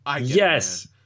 Yes